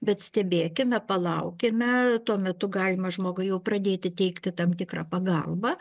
bet stebėkime palaukime tuo metu galima žmogui jau pradėti teikti tam tikrą pagalbą